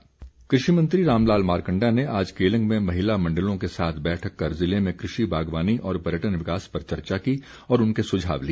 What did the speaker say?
मारकंडा कृषि मंत्री रामलाल मारकंडा ने आज केलंग में महिला मण्डलों के साथ बैठक कर जिले में कृषि बागवानी और पर्यटन विकास पर चर्चा की और उनके सुझाव लिए